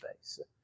space